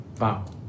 Wow